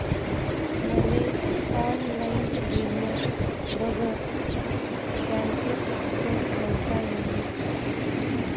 मले ऑनलाईन गेल्या बगर बँकेत खात खोलता येईन का?